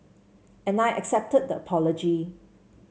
and I accepted the apology